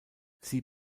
sie